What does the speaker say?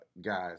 guys